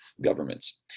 governments